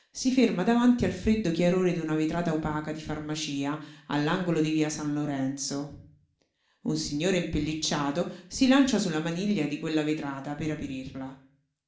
si ferma davanti al freddo chiarore d'una vetrata opaca di farmacia all'angolo di via san lorenzo un signore impellicciato si lancia sulla sulla maniglia di quella vetrata per aprirla